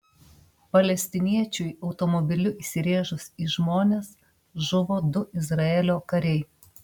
palestiniečiui automobiliu įsirėžus į žmonės žuvo du izraelio kariai